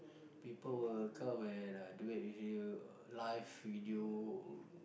people will come and uh duet with you live video